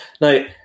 Now